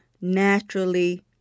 naturally